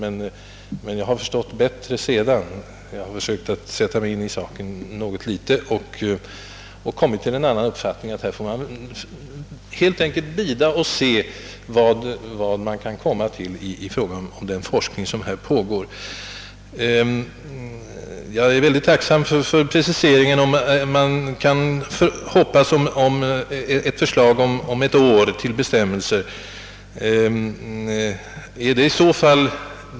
Jag har emellertid förstått bättre när jag nu har försökt ytterligare sätta mig in i saken. Jag har kommit till uppfattningen att man helt enkelt måste bida ytterligare någon tid för att se vad pågående forskning kan komma fram till. Jag är tacksam för den viktiga preciseringen att vi tycks kunna hoppas på ett förslag till bestämmelser om något år.